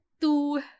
two